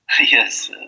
yes